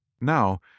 Now